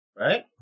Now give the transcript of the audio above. Right